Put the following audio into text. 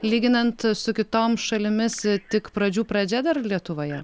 lyginant su kitom šalimis tik pradžių pradžia dar lietuvoje